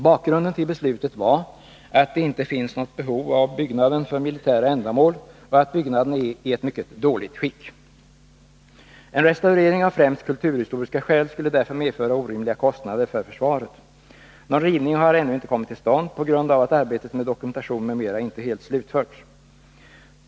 Bakgrunden till beslutet var att det inte finns något behov av byggnaden för militära ändamål och att byggnaden är i ett mycket dåligt skick. En restaurering av främst kulturhistoriska skäl skulle därför medföra orimliga kostnader för försvaret. Någon rivning har ännu inte kommit till stånd på grund av att arbetet med dokumentation m.m. inte helt slutförts.